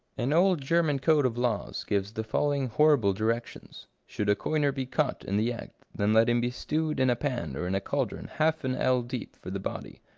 an old german code of laws gives the following horrible directions should a coiner be caught in the act, then let him be stewed in a pan, or in a caldron half an ell deep for the body,